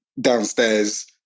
downstairs